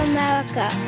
America